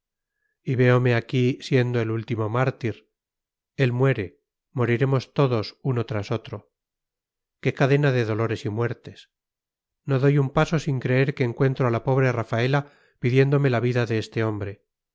y véome aquí siendo el último mártir él muere moriremos todos uno tras otro qué cadena de dolores y muertes no doy un paso sin creer que encuentro a la pobre rafaela pidiéndome la vida de este hombre